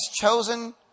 chosen